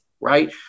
right